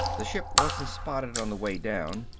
the ship wasn't spotted on the way down.